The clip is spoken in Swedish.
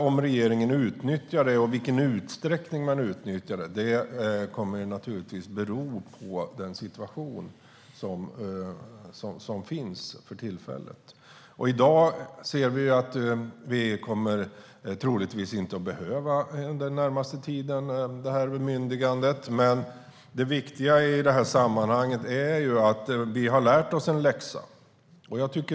Om regeringen sedan utnyttjar det, och i så fall i vilken utsträckning, kommer naturligtvis att bero på den situation som råder för tillfället. Den närmaste tiden kommer vi förmodligen inte att behöva bemyndigandet. Men det viktiga i sammanhanget är att vi har lärt oss en läxa.